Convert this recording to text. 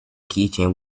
keychain